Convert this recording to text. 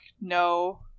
no